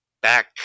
back